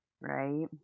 Right